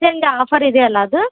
exchange offer ಇದೆ ಅಲ್ಲ ಅದು